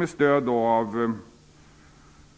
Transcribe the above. Med stöd av